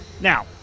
Now